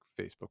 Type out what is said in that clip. Facebook